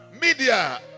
Media